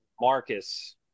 Marcus